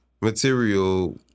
material